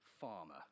farmer